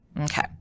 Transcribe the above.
Okay